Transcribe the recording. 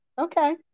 Okay